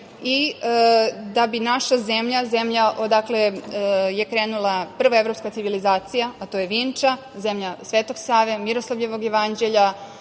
bi naša zemlja, zemlja odakle je krenula prva evropska civilizacija, a to je Vinča, zemlja Svetog Save, Miroslavljevog jevanđelja,